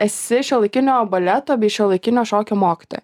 esi šiuolaikinio baleto bei šiuolaikinio šokio mokytoja